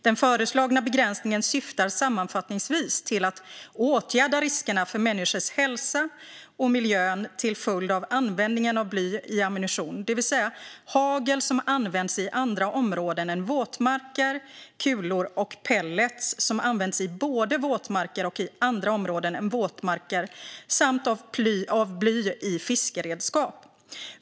Den föreslagna begränsningen syftar sammanfattningsvis till att "åtgärda riskerna för människors hälsa och miljön till följd av användningen av bly i ammunition, dvs. hagel som används i andra områden än våtmarker, kulor och pellets som används både i våtmarker och i andra områden än våtmarker, samt av bly i fiskeredskap".